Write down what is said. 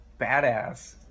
badass